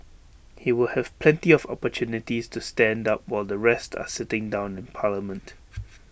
he will have plenty of opportunities to stand up while the rest are sitting down in parliament